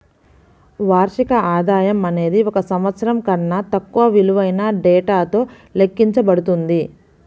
వార్షిక ఆదాయం అనేది ఒక సంవత్సరం కన్నా తక్కువ విలువైన డేటాతో లెక్కించబడుతుంది